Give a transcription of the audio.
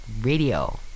Radio